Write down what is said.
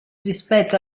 rispetto